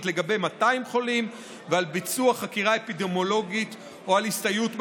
לגבי 200 חולים ועל ביצוע חקירה אפידמיולוגית או על הסתייעות בשב"כ,